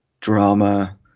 drama